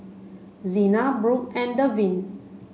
Zina Brooke and Devyn